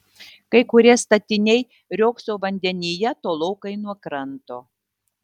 kai kurie statiniai riogso vandenyje tolokai nuo kranto